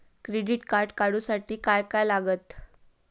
Credit card काढूसाठी काय काय लागत?